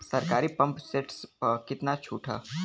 सरकारी pump set प कितना छूट हैं?